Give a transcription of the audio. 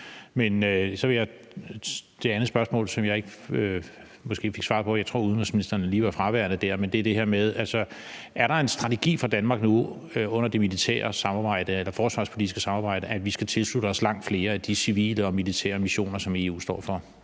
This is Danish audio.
under det militære samarbejde eller forsvarspolitiske samarbejde, at vi skal tilslutte os langt flere af de civile og militære missioner, som EU står for?